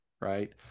right